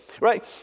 right